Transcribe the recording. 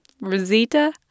Rosita